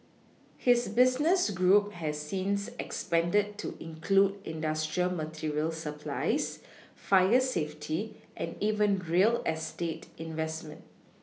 his business group has since expanded to include industrial material supplies fire safety and even real estate investment